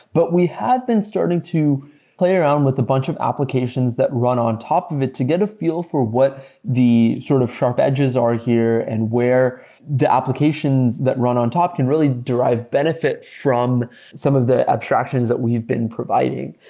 but we have been starting to play around with a bunch of applications that run on top of it to get a feel for what the sort of sharp edges are here and where the applications that run on top can really derive benefit from some of the abstractions that we've been providing.